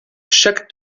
chaque